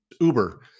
Uber